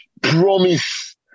promise